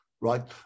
right